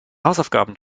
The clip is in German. hausaufgaben